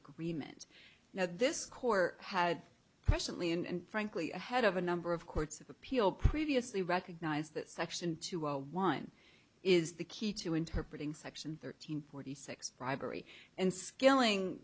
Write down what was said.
agreement now this court had presently and frankly ahead of a number of courts of appeal previously recognized that section two a one is the key to interpreting section thirteen forty six bribery and skilling